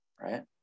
right